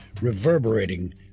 reverberating